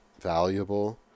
valuable